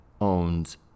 owns